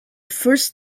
first